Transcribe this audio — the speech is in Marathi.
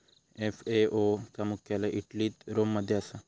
एफ.ए.ओ चा मुख्यालय इटलीत रोम मध्ये असा